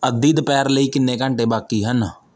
ਅੱਧੀ ਦੁਪਹਿਰ ਲਈ ਕਿੰਨੇ ਘੰਟੇ ਬਾਕੀ ਹਨ